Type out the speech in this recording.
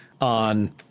On